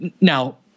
now